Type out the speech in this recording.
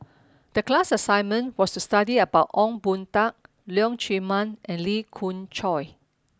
the class assignment was to study about Ong Boon Tat Leong Chee Mun and Lee Khoon Choy